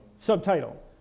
subtitle